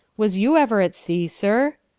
was you ever at sea, sir?